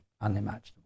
unimaginable